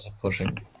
pushing